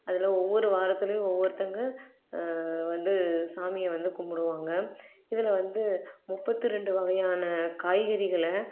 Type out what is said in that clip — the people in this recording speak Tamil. அதில் ஒவ்வொரு வாரத்துலையும் ஒவ்வொருத்தங்க வந்து சாமியை வந்து கும்பிடுவாங்க இதில் வந்து முப்பத்து ரெண்டு வகையான காய்கறிகளை